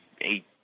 eight